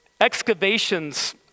excavations